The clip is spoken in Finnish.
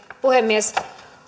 puhemies